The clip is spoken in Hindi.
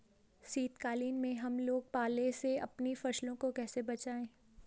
शीतकालीन में हम लोग पाले से अपनी फसलों को कैसे बचाएं?